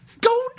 Go